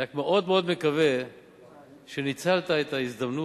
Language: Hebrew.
אני רק מאוד מאוד מקווה שניצלת את ההזדמנות